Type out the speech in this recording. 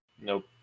Nope